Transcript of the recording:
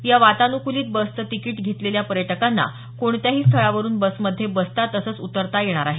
या वातानुकूलित बसचं तिकीट घेतलेल्या पर्यटकांना कोणत्याही स्थळावरून बसमध्ये बसता तसंच उतरता येईल